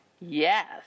Yes